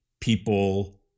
people